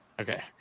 Okay